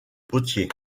potier